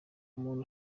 umuntu